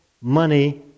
money